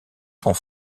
sont